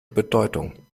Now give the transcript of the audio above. bedeutung